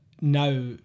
now